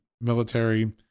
military